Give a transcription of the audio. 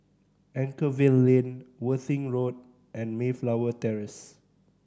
Anchorvale Lane Worthing Road and Mayflower Terrace